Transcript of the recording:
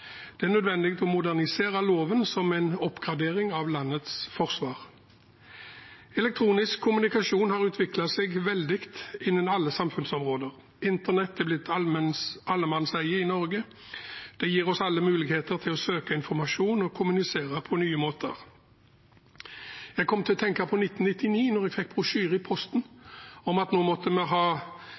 Det er nødvendig å modernisere loven som en oppgradering av landets forsvar. Elektronisk kommunikasjon har utviklet seg veldig innen alle samfunnsområder. Internett er blitt allemannseie i Norge. Det gir oss alle muligheter til å søke informasjon og kommunisere på nye måter. Jeg kom til å tenke på 1999, da jeg fikk brosjyre i posten om at nå måtte vi ha